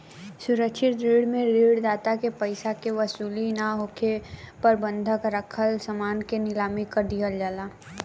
सुरक्षित ऋण में ऋण दाता के पइसा के वसूली ना होखे पर बंधक राखल समान के नीलाम कर दिहल जाला